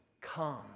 come